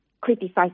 criticize